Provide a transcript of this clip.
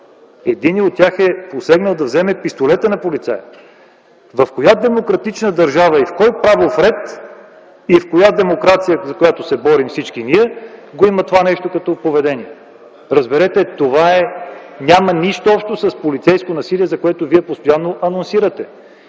Единият от тях е посегнал да вземе пистолета на полицая. В коя демократична държава, в кой правов ред и в коя демокрация, за която се борим всички ние, го има това нещо като поведение?! Разберете, това няма нищо общо с полицейско насилие, за което вие постоянно анонсирате.